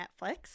Netflix